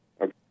Okay